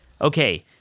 Okay